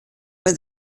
with